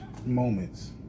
Moments